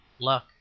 luck